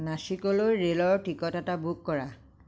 নাশিকলৈ ৰে'লৰ টিকট এটা বুক কৰা